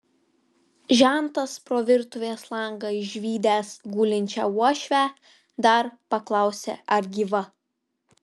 žentas pro virtuvės langą išvydęs gulinčią uošvę dar paklausė ar gyva